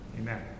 Amen